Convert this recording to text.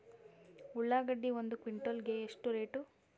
ಉಳ್ಳಾಗಡ್ಡಿ ಒಂದು ಕ್ವಿಂಟಾಲ್ ಗೆ ಎಷ್ಟು ರೇಟು?